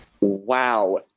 wow